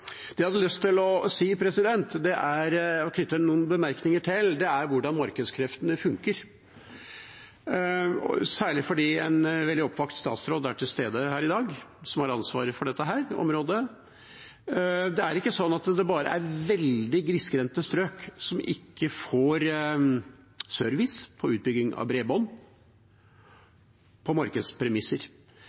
Det jeg hadde lyst til å knytte noen bemerkninger til, er hvordan markedskreftene funker, særlig fordi en veldig oppvakt statsråd, som har ansvaret for dette området, er til stede her i dag. Det er ikke sånn at det bare er veldig grisgrendte strøk som ikke får service på utbygging av bredbånd på markedspremisser.